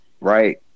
Right